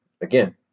again